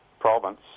Province